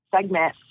segment